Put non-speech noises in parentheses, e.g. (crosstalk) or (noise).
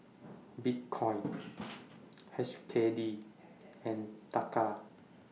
(noise) Bitcoin H K D and Taka